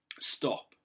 stop